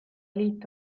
liit